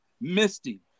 Misty